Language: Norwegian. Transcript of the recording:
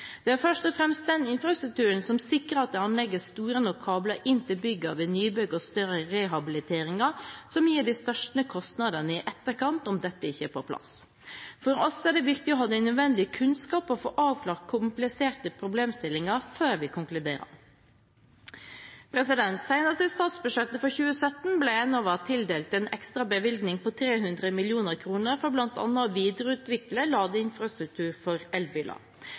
Det er først og fremst den infrastrukturen som sikrer at det anlegges store nok kabler inn til byggene ved nybygg og større rehabiliteringer som gir de største kostnader i etterkant om dette ikke er på plass. For oss er det viktig å ha den nødvendige kunnskapen og få avklart kompliserte problemstillinger før vi konkluderer. Senest i statsbudsjettet for 2017 ble Enova tildelt en ekstra bevilgning på 300 mill. kr for bl.a. å videreutvikle ladeinfrastruktur for elbiler.